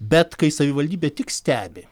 bet kai savivaldybė tik stebi